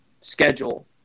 schedule